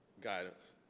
guidance